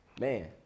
man